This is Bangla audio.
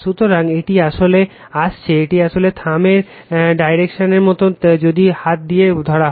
সুতরাং এটি আসলে আসছে এটি আসলে থাম্ব এর ডাইরেকশনের মতো যদি হাত দিয়ে ধরা হয়